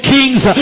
Kings